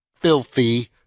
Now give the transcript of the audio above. filthy